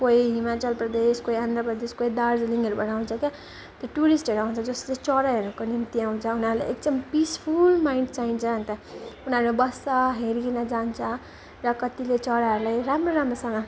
कोही हिमाचल प्रदेश कोही आन्ध्र प्रदेश कोही दार्जिलिङहरूबाटा आउँछ क्या त्यो टुरिस्टहरू आउँछ जस्तो चरा हेर्नुको निम्ति आउँछ उनीहरूले एकदम पिसफुल माइन्ड चाहिन्छ अन्त उनीहरू बस्छ हेरिकन जान्छ र कतिले चराहरूलाई राम्रो राम्रोसँग